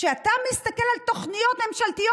כשאתה מסתכל על תוכניות ממשלתיות,